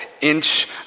inch